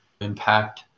impact